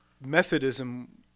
Methodism